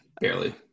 barely